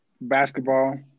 basketball